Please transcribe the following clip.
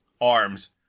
arms